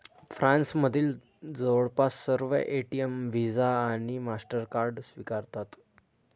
फ्रान्समधील जवळपास सर्व एटीएम व्हिसा आणि मास्टरकार्ड स्वीकारतात